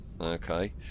Okay